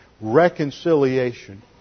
reconciliation